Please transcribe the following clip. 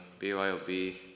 BYOB